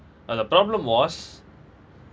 the problem was